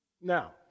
Now